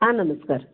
हां नमस्कार